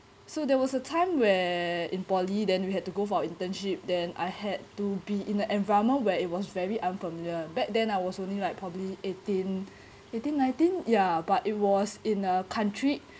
so there was a time where in poly then we had to go for internship then I had to be in a environment where it was very unfamiliar back then I was only like probably eighteen eighteen nineteen ya but it was in a country